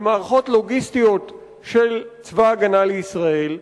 במערכות לוגיסטיות של צבא-הגנה לישראל,